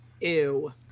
Ew